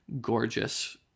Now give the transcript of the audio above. gorgeous